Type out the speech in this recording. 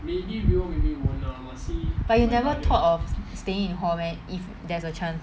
but you never thought of staying in hall meh if there's a chance